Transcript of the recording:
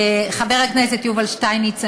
חבר הכנסת יובל שטייניץ,